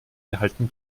erhalten